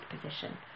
position